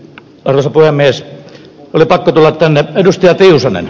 arto puhemies oli pakko tulla tänne edustajat rusanen